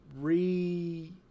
re